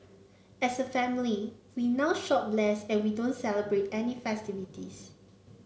as a family we now shop less and we don't celebrate any festivities